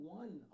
one